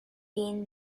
been